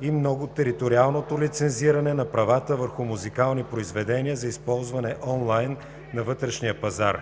и многотериториалното лицензиране на правата върху музикални произведения за използване онлайн на вътрешния пазар.